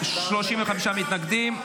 35 מתנגדים.